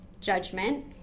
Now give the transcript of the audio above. judgment